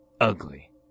Ugly